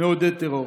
מעודד טרור.